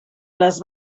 les